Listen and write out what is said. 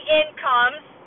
incomes